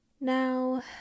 Now